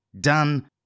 Done